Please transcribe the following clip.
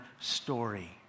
story